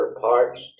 parts